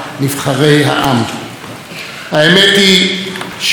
האמת היא שכולנו חכמים,